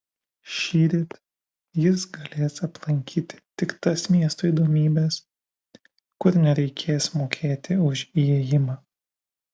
šįryt jis galės aplankyti tik tas miesto įdomybes kur nereikės mokėti už įėjimą